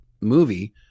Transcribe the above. movie